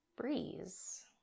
breeze